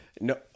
No